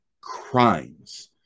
crimes